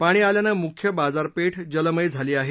पाणी आल्यानं मुख्य बाजारपेठ जलमय झाली आहे